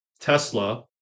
Tesla